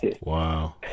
Wow